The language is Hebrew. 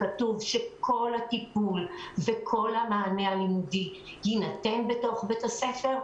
כתוב שכל הטיפול וכל המענה הלימודי יינתן בתוך בתי הספר,